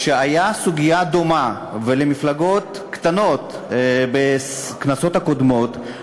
כשהייתה סוגיה דומה במפלגות קטנות בכנסות הקודמות,